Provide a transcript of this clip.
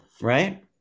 right